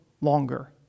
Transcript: longer